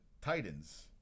Titans